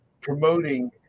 promoting